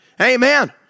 amen